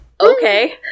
Okay